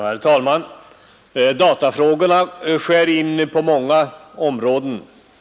Herr talman! Datafrågorna skär in på många områden.